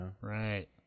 Right